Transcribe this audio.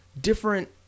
different